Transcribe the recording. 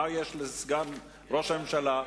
מה יש לסגן ראש הממשלה,